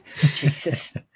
Jesus